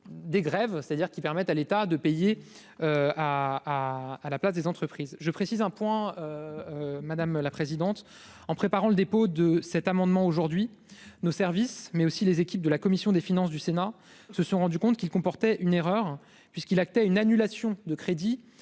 des grèves, c'est-à-dire qui permet à l'État de payer à à la place des entreprises, je précise, un point, madame la présidente, en préparant le dépôt de cet amendement aujourd'hui nos services, mais aussi les équipes de la commission des finances du Sénat se sont rendus compte qu'il comportait une erreur puisqu'il que une annulation de crédits